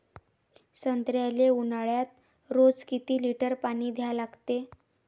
संत्र्याले ऊन्हाळ्यात रोज किती लीटर पानी द्या लागते?